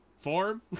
form